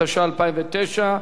התש"ע 2009,